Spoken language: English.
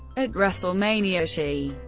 at wrestlemania xi,